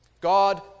God